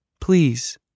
Please